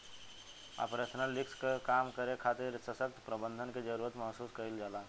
operational risk के कम करे खातिर ससक्त प्रबंधन के जरुरत महसूस कईल जाला